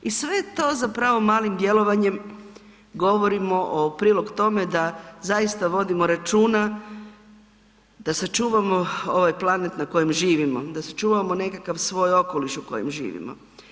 I sve to zapravo malim djelovanjem govorimo u prilog tome da zaista vodimo računa da sačuvamo ovaj planet na kojem živimo, da sačuvamo nekakav svoj okoliš u kojem živimo.